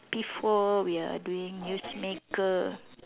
P four we are doing news maker